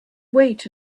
wait